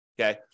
okay